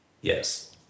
Yes